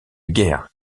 guerre